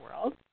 world